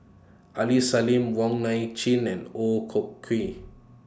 Aini Salim Wong Nai Chin and Ooi Kok Chuen